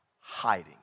hiding